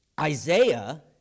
Isaiah